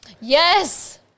Yes